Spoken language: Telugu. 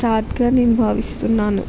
స్టార్ట్గా నేను భావిస్తున్నాను